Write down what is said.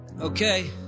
Okay